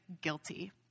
guilty